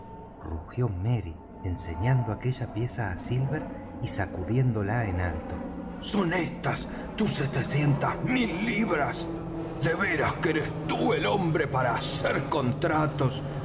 rugió merry enseñando aquella pieza á silver y sacudiéndola en alto son estas tus setecientas mil libras de veras que eres tú el hombre para hacer contratos